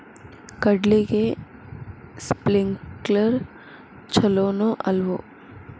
ಕಡ್ಲಿಗೆ ಸ್ಪ್ರಿಂಕ್ಲರ್ ಛಲೋನೋ ಅಲ್ವೋ?